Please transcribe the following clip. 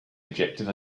objective